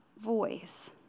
voice